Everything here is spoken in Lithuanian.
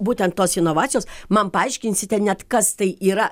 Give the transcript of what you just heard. būtent tos inovacijos man paaiškinsite net kas tai yra